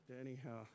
anyhow